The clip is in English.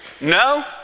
No